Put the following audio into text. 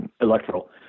electoral